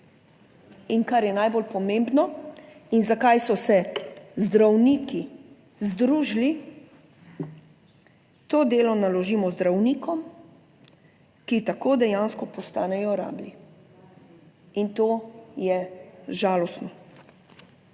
In kar je najbolj pomembno, in zakaj so se zdravniki združili, to delo naložimo zdravnikom, ki tako dejansko postanejo rabli in to je žalostno,